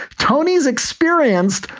tony's experienced,